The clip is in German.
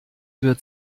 wird